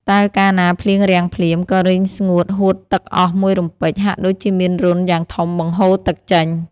តែកាលណាភ្លៀងរាំងភ្លាម ក៏រីងស្ងួតហួតទឹកអស់មួយរំពេច ហាក់ដូចជាមានរន្ធយ៉ាងធំបង្ហូរទឹកចេញ ។